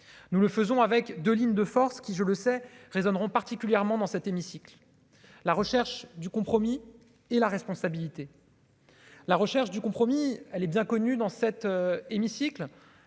nous le faisons avec 2 lignes de force qui, je le sais, résonneront particulièrement dans cet hémicycle, la recherche du compromis et la responsabilité. La recherche du compromis, elle est bien connu dans cet hémicycle,